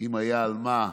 אם היה על מה,